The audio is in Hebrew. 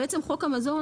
בעצם חוק המזון,